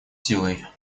силой